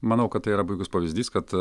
manau kad tai yra puikus pavyzdys kad